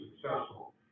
successful